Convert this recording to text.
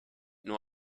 nur